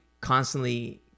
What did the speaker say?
constantly